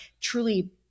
truly